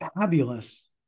Fabulous